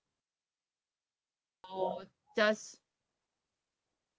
or does